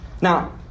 Now